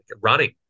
running